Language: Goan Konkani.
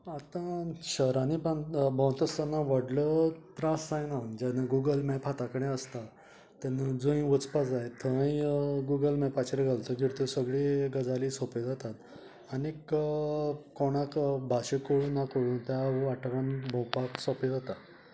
आतां शहरांनी बांद भोंवता आसतना व्हडलो त्रास जायना जेन्ना गूगल मॅप हाता कडेन आसता तेन्ना जय वचपा जाय थंय गूगल मेपार घालतगीर तें सगळे गजाली सोप्यो जातात आनी कोणाक भाशा कळूं ना कळूं त्या वाठारान भोंवपाक सोंपें जाता